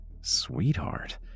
Sweetheart